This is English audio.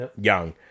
Young